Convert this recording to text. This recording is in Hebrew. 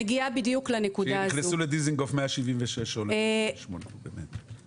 כי נכנסו לדיזינגוף 176 או 168, באמת.